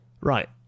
Right